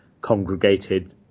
congregated